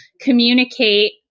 communicate